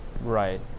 Right